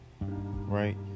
right